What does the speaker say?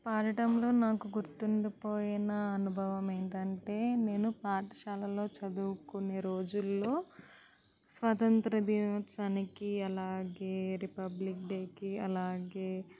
పాడటంలో నాకు గుర్తుండిపోయిన అనుభవం ఏమిటంటే నేను పాఠశాలలో చదువుకునే రోజుల్లో స్వతంత్ర దినోత్సవానికి అలాగే రిపబ్లిక్ డేకి అలాగే